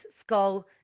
skull